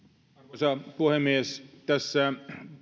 arvoisa puhemies tässä